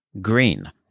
green